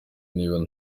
niba